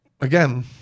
again